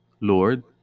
Lord